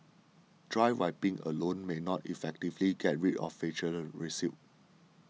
dry wiping alone may not effectively get rid of faecal residue